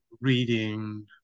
reading